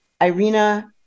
Irina